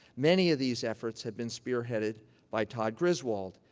many of these efforts have been spearheaded by todd griswold,